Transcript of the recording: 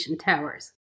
towers